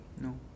No